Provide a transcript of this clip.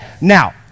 Now